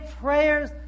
prayers